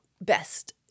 best